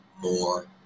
more